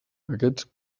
aquests